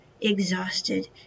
exhausted